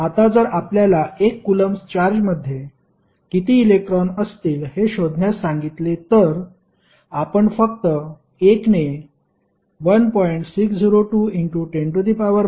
आता जर आपल्याला 1 कुलम्बस चार्जमध्ये किती इलेक्ट्रॉन असतील हे शोधण्यास सांगितले तर आपण फक्त 1 ने 1